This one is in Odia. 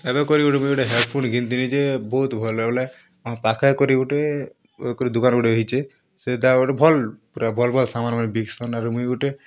ଏବେ କରି ଗୋଟେ ମୁଇଁ ଗୋଟେ ହେଡ଼ଫୋନ୍ ଘିନିଥିଲି ଯେ ବହୁତ୍ ଭଲ୍ ବୋଲେ ଆମ ପାଖେକରି ଗୋଟେ ଏଇ କରି ଦୁକାନ୍ ଗୋଟେ ହେଇଛେ ସେ ତା ଗୋଟେ ଭଲ୍ ପୁରା ଭଲ୍ ଭଲ୍ ସାମାନ୍ ମାନେ ବିକଛନ୍ ଆର୍ ମୁଇଁ ଗୋଟେ